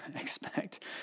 expect